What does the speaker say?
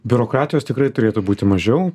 biurokratijos tikrai turėtų būti mažiau